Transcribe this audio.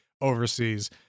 overseas